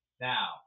Now